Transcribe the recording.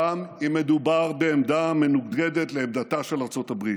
גם אם מדובר בעמדה מנוגדת לעמדתה של ארצות הברית.